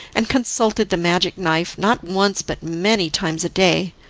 and consulted the magic knife, not once but many times a day.